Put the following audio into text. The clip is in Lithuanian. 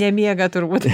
nemiega turbūt